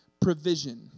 provision